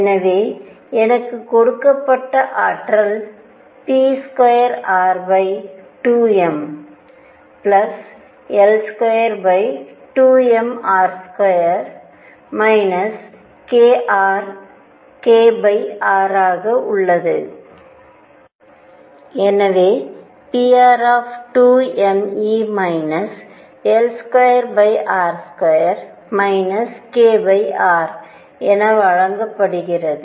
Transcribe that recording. எனவே எனக்குக் கொடுக்கப்பட்ட ஆற்றல் pr22mL22mr2 kr ஆக உள்ளது எனவே pr என வழங்கப்படுகிறது